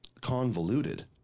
convoluted